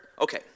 Okay